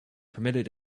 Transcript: permitted